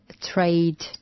trade